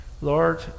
Lord